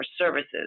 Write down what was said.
services